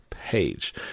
page